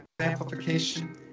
amplification